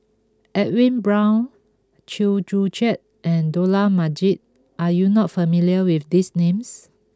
Edwin Brown Chew Joo Chiat and Dollah Majid are you not familiar with these names